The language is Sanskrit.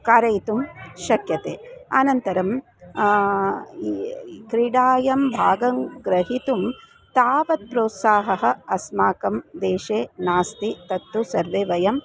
कारयितुं शक्यन्ते अनन्तरं क्रीडायां भागं ग्रहितुं तावत् प्रोत्साहनम् अस्माकं देशे नास्ति तत्तु सर्वे वयम्